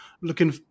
Looking